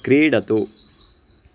क्रीडतु